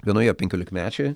vienoje penkiolikmečiai